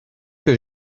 que